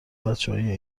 بچههای